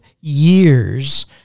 years